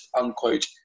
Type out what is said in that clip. unquote